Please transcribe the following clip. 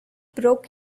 broke